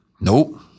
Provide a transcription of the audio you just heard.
Nope